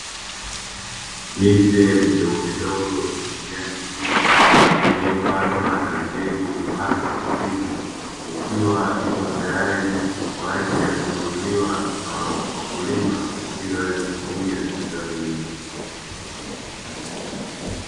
Miche midogomidogo yenye kijani kibichi, iliyopandwa na mbegu imara za kilimo, ikiwa ipo tayari kwa ajili ya kununuliwa na wakulima, ili waweze kutumia katika vilimo.